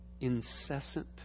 incessant